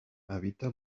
habita